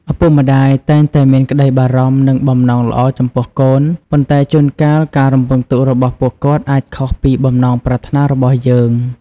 ឪពុកម្ដាយតែងតែមានក្តីបារម្ភ និងបំណងល្អចំពោះកូន ប៉ុន្តែជួនកាលការរំពឹងទុករបស់ពួកគាត់អាចខុសពីបំណងប្រាថ្នារបស់យើង។